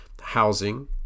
housing